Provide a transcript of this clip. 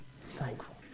thankful